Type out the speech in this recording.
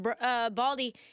Baldy